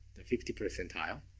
the fifty percentile.